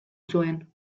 zuen